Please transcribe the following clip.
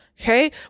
Okay